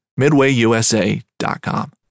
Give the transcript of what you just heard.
MidwayUSA.com